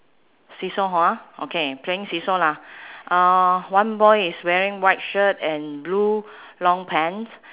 seesaw hor okay playing seesaw lah uh one boy is wearing white shirt and blue long pants